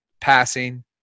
passing